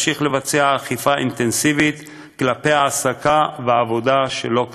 הרשות תמשיך לאכוף אכיפה אינטנסיבית כל העסקה ועבודה שלא כדין.